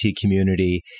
community